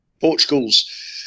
Portugal's